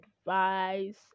advice